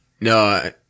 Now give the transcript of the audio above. No